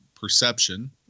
perception